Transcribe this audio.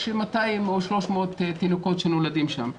יש 200 או 300 תינוקות שנולדים שם.